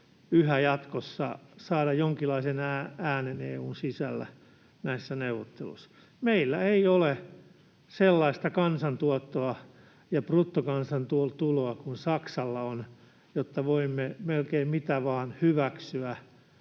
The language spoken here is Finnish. yhä jatkossa saada jonkinlaisen äänen EU:n sisällä näissä neuvotteluissa. Meillä ei ole sellaista kansantuottoa ja bruttokansantuloa kuin Saksalla on, jotta voimme melkein mitä vain hyväksyä,